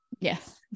Yes